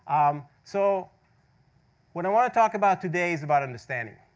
um so what i want to talk about today is about understanding.